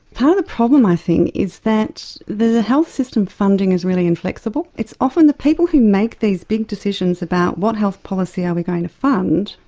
part of the problem i think is that the health system funding is really inflexible. it's often the people who make these big decisions about what health policy are we going to fund,